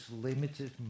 limited